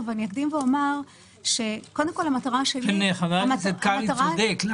חבר הכנסת קרעי צודק.